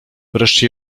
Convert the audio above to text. wreszcie